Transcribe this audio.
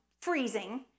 freezing